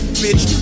bitch